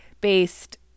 based